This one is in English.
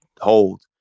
hold